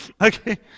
Okay